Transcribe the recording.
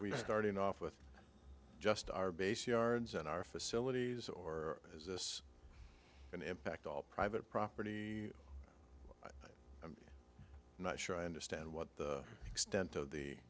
we starting off with just our base yards and our facilities or is this an impact all private property not sure i understand what the extent of the